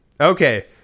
Okay